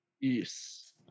yes